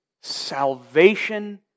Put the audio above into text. Salvation